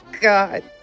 God